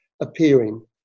appearing